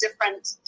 different